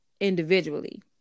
individually